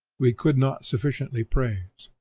we could not sufficiently praise.